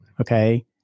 okay